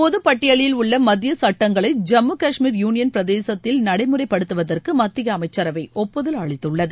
பொதுப்பட்டியலில் உள்ள ஜம்மு காஷ்மீர் யூனியன் பிரதேசத்தில் நடைமுறைப்படுத்துவதற்கு மத்திய அமைச்சரவை ஒப்புதல் அளித்துள்ளது